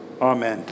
amen